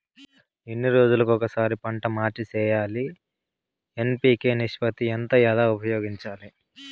ఎన్ని రోజులు కొక పంట మార్చి సేయాలి ఎన్.పి.కె నిష్పత్తి ఎంత ఎలా ఉపయోగించాలి?